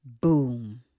Boom